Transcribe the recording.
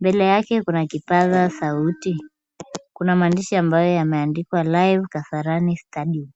mbele yake kuna kipaza sauti. Kuna maandishi ambayo yameandikwa live Kasarani Stadium .